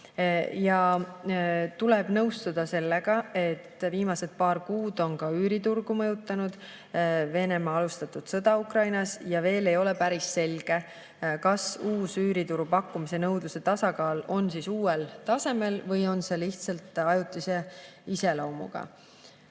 Ja tuleb nõustuda sellega, et viimased paar kuud on ka üüriturgu mõjutanud Venemaa alustatud sõda Ukrainas. Veel ei ole päris selge, kas uus üürituru pakkumise ja nõudluse tasakaal on uuel tasemel või on see lihtsalt ajutise iseloomuga.